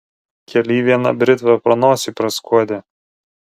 kely viena britva pro nosį praskuodė